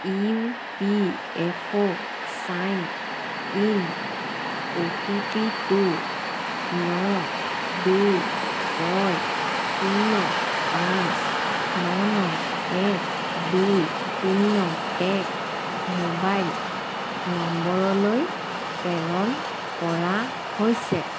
UPFO sign in অ'টিপিটো ন দুই ছয় শূণ্য পাঁচ ন ন এক দুই শূণ্য এক মোবাইল নম্বৰলৈ প্ৰেৰণ কৰা হৈছে